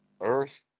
Earth